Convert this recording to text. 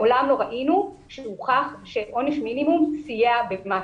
מעולם לא ראינו שהוכח שעונש מינימום סייע במשהו.